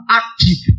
active